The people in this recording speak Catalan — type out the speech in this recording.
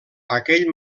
aquell